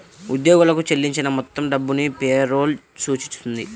ఉద్యోగులకు చెల్లించిన మొత్తం డబ్బును పే రోల్ సూచిస్తుంది